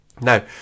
now